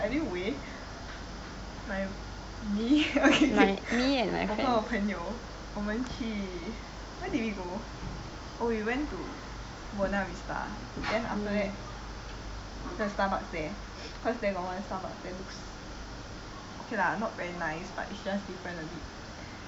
but anyway my me okay 我跟我朋友我们去 where did we go oh we went to buona vista then after that the Starbucks there cause there got one Starbucks that looks okay lah not very nice is just different a bit